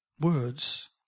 Words